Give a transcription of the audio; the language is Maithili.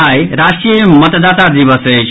आई राष्ट्रीय मतदाता दिवस अछि